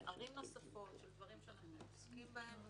בערים נוספות, בדברים שאנחנו עוסקים בהם.